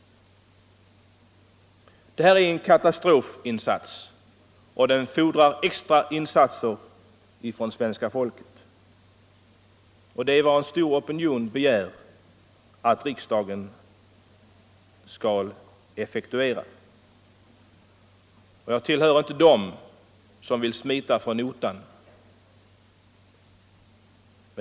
Det här är en katastrofsituation. Den fordrar extra insatser från svenska folket, och det är vad en stor opinion begär att riksdagen skall effektuera. Jag tillhör inte dem som vill smita från notan.